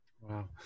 Wow